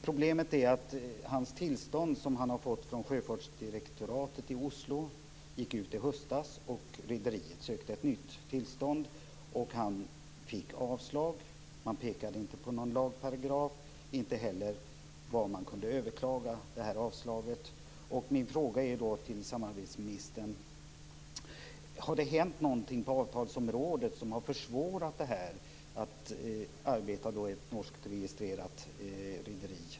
Problemet är att det tillstånd han har fått från sjöfartsdirektoratet i Oslo gick ut i höstas. Rederiet sökte ett nytt tillstånd, och han fick avslag. Man pekade inte på någon lagparagraf, inte heller uppgavs var man kunde överklaga avslaget. Min fråga till samarbetsministern är: Har det hänt någonting på avtalsområdet som har försvårat arbete i ett norskregistrerat rederi?